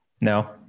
No